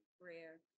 prayer